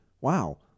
Wow